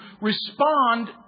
respond